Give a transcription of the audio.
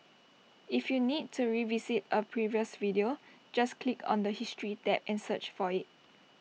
if you need to revisit A previous video just click on the history tab and search for IT